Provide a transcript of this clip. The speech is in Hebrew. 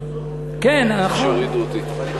כמו שמחליפים מזוזות.